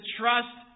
trust